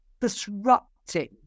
disrupting